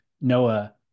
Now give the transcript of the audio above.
Noah